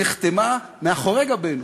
נחתמה מאחורי גבנו